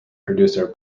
producer